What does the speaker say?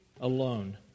alone